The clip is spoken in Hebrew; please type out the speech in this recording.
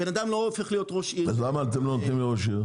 בנאדם לא הופך להיות ראש עיר --- אז למה אתם לא נותנים לראש עיר?